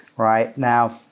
right? now,